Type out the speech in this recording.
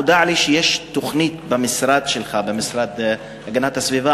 נודע לי שיש תוכנית במשרד להגנת הסביבה